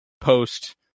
post